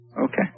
Okay